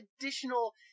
additional